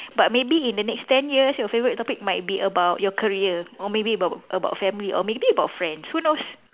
but maybe in the next ten years your favourite topic might be about your career or maybe about about family or maybe about friends who knows